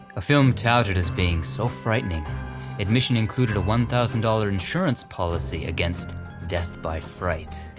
a film touted as being so frightening admission included a one thousand dollars insurance policy against death by fright.